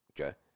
Okay